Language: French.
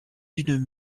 d’une